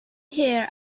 here